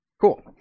Cool